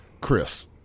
chris